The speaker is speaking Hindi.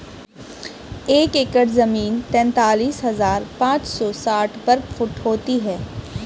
एक एकड़ जमीन तैंतालीस हजार पांच सौ साठ वर्ग फुट होती है